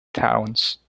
towns